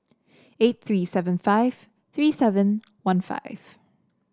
eight three seven five three seven one five